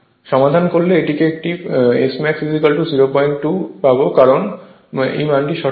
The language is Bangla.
এটি সমাধান করলে একটি পাবে Smax 02 কারণ অন্য মানটি সঠিক নয়